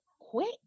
quit